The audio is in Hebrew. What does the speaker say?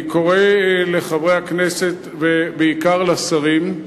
אני קורא לחברי הכנסת, ובעיקר לשרים,